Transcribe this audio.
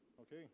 Okay